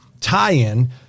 tie-in